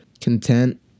content